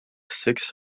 six